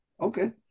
Okay